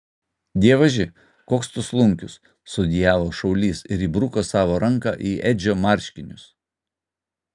dievaži koks tu slunkius sudejavo šaulys ir įbruko savo ranką į edžio marškinius